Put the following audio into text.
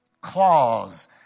claws